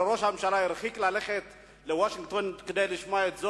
אבל ראש הממשלה הרחיק ללכת לוושינגטון כדי לשמוע את זאת.